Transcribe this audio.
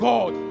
God